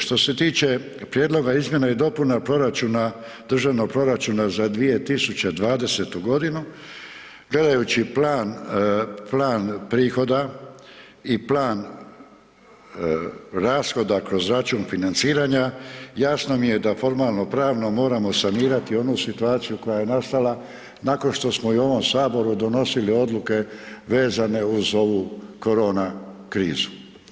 Što se tiče prijedloga izmjena i dopuna proračuna, državnog proračuna za 2020.g. gledajući plan, plan prihoda i plan rashoda kroz račun financiranja, jasno mi je da formalno pravno moramo sanirati onu situaciju koja je nastala nakon što smo i u ovom saboru donosili odluke vezane uz ovu korona krizu.